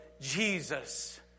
Jesus